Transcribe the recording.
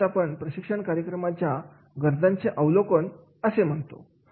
यालाच आपण प्रशिक्षण कार्यक्रमाच्या गरजांचे अवलोकन असे म्हणत असतो